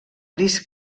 gris